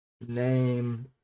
name